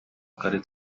twari